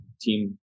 team